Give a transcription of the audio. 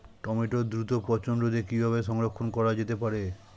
টমেটোর দ্রুত পচনরোধে কিভাবে সংরক্ষণ করা যেতে পারে?